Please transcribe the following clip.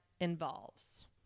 involves